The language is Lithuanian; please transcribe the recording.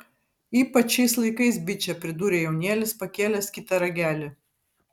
ypač šiais laikais biče pridūrė jaunėlis pakėlęs kitą ragelį